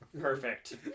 Perfect